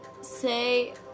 say